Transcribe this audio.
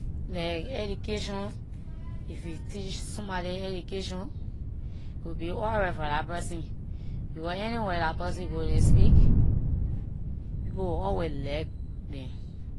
Like education if you teach somebody education, aay will be alright for dah person, because anywhere dah person go dey speak, people will always like them.